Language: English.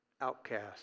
outcast